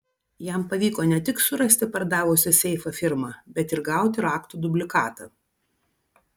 jam pavyko ne tik surasti pardavusią seifą firmą bet ir gauti raktų dublikatą